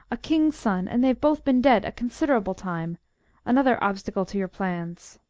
a king's son, and they've both been dead considerable time another obstacle to your plans.